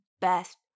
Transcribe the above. best